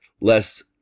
less